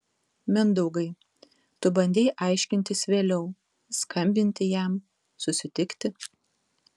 mindaugai tu bandei aiškintis vėliau skambinti jam susitikti